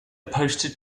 posted